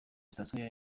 sitasiyo